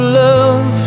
love